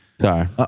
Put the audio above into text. sorry